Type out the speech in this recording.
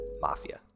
Mafia